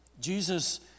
Jesus